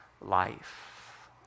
life